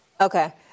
Okay